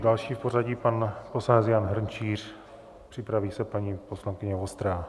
Další v pořadí je pan poslanec Jan Hrnčíř, připraví se paní poslankyně Vostrá.